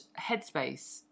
headspace